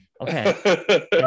okay